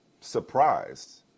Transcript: surprised